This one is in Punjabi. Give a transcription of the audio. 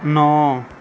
ਨੌ